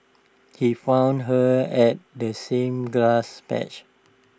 he found her at the same grass patch